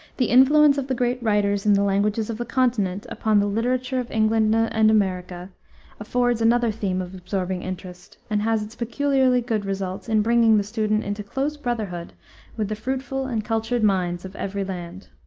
the influence of the great writers in the languages of the continent upon the literature of england and america affords another theme of absorbing interest, and has its peculiarly good results in bringing the student into close brotherhood with the fruitful and cultured minds of every land.